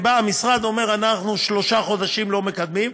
בא המשרד ואומר: אנחנו שלושה חודשים לא מקדמים.